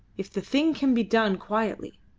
if the thing can be done quietly.